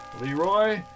Leroy